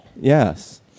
Yes